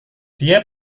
dia